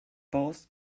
baust